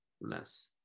less